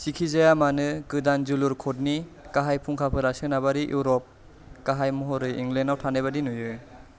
जिखिजायामानो गोदान जोलुर कडनि गाहाय फुंखाफोरा सोनाबारि युरप गाहाय महरै इंलेन्डाव थानायबायदि नुयो